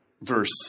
verse